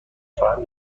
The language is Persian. خواهم